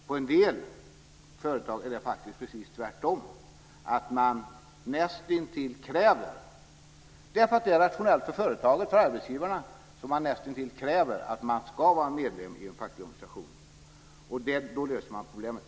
På en del företag är det precis tvärtom, att det nästintill är ett krav - därför att det är rationellt för företaget och arbetsgivarna - att man ska vara medlem i en facklig organisation, och då löses problemet.